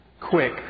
quick